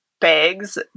bags